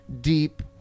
deep